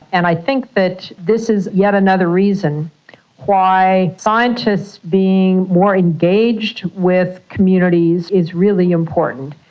and i think that this is yet another reason why scientists being more engaged with communities is really important,